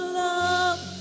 love